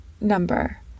number